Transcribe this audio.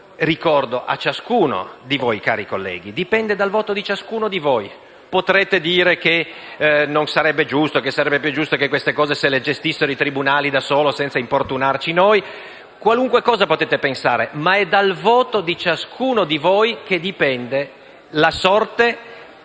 Ricordo a ciascuno di voi, cari colleghi, che dipende dal voto di ciascuno di voi. Potrete dire che non sarebbe giusto, che sarebbe più giusto che queste cose le gestissero i tribunali da soli, senza importunarci; potete pensare qualunque cosa, ma è dal voto di ciascuno di voi che dipende la sorte